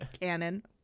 Canon